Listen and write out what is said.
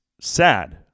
sad